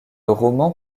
roman